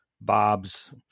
Bob's